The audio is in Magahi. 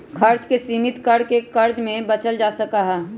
खर्च के सीमित कर के कर्ज से बचल जा सका हई